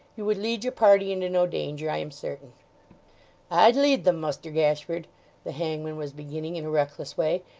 you would lead your party into no danger, i am certain i'd lead them, muster gashford the hangman was beginning in reckless way,